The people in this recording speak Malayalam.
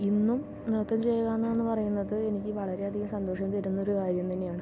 ഇന്നും നൃത്തം ചെയ്യുക എന്ന് പറയുന്നത് എനിക്ക് വളരെ അധികം സന്തോഷം തരുന്ന ഒരു കാര്യം തന്നെയാണ്